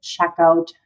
checkout